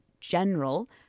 general